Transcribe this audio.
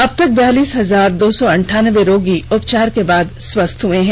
अब तक बयालीस हजार दो सौ अड्डानवे रोगी उपचार के बाद स्वस्थ हो चुके हैं